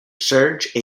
serge